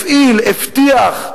הפעיל, הבטיח.